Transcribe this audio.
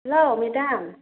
hello madam